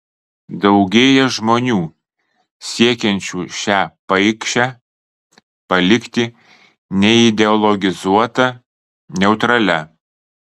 daugėja žmonių siekiančių šią paikšę palikti neideologizuota neutralia